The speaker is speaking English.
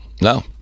No